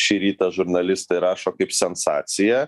šį rytą žurnalistai rašo kaip sensaciją